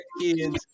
kids